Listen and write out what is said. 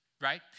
right